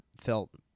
felt